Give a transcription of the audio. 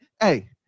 hey